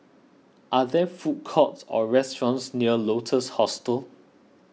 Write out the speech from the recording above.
are there food courts or restaurants near Lotus Hostel